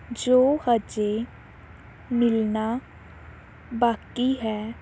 ਜੋ ਹਜੇ ਮਿਲਣਾ ਬਾਕੀ ਹੈ